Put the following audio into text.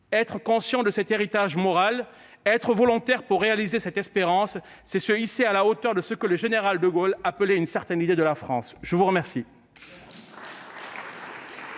Être conscients de cet héritage moral, être volontaires pour réaliser cette espérance, c'est se hisser à la hauteur de ce que le général de Gaulle appelait « une certaine idée de la France ». La parole